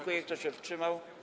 Kto się wstrzymał?